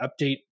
update